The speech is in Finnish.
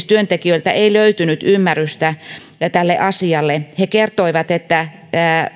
työntekijöiltä löytynyt ymmärrystä tälle asialle he kertoivat